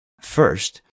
First